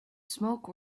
smoke